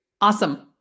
Awesome